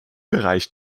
bereich